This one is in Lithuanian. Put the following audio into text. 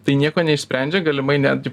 tai nieko neišsprendžia galimai netgi